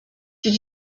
did